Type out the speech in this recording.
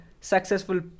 successful